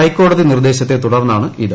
ഹൈക്കോടതി നിർദ്ദേശത്തെ തുടർന്നാണ് ഇത്